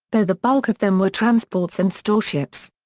though the bulk of them were transports and storeships.